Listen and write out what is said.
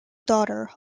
daughter